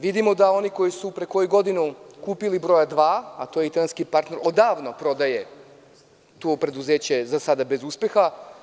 Vidimo da oni koji su pre koju godinu kupili „broja dva“, a to je italijanski partner, odavno prodaje to preduzeće, za sada bez uspeha.